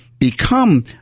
become